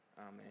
Amen